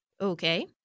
Okay